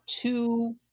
two